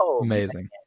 Amazing